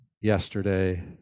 Yesterday